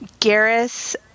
Garrus